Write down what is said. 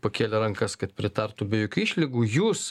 pakėlė rankas kad pritartų be jokių išlygų jūs